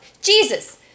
Jesus